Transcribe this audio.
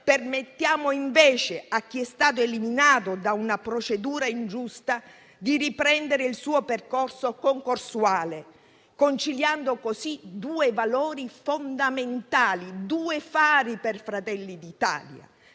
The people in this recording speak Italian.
permettiamo invece a chi è stato eliminato da una procedura ingiusta di riprendere il suo percorso concorsuale, conciliando così due valori fondamentali, due fari per Fratelli d'Italia: